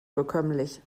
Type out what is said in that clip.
bekömmlich